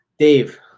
Dave